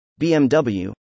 BMW